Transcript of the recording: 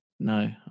No